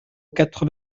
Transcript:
quatre